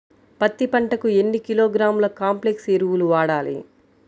పత్తి పంటకు ఎన్ని కిలోగ్రాముల కాంప్లెక్స్ ఎరువులు వాడాలి?